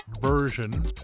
version